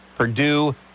Purdue